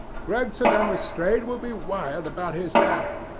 gregson and lestrade will be wild about his death,